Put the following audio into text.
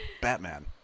Batman